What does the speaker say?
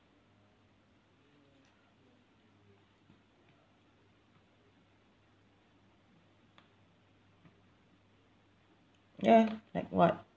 ya like what